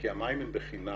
כי המים הם בחינם.